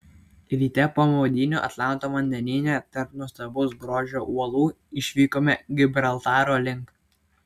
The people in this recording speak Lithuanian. ryte po maudynių atlanto vandenyne tarp nuostabaus grožio uolų išvykome gibraltaro link